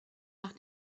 nach